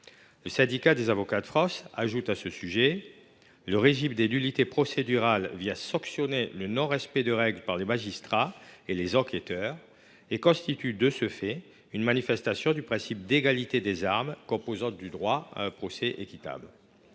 Le syndicat des avocats de France ajoute à ce sujet que le régime des nullités procédurales vient sanctionner le non respect de règles par les magistrats et les enquêteurs et constitue, de ce fait, une manifestation du principe d’égalité des armes, composante du droit à un procès équitable.